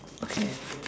okay